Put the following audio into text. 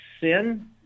sin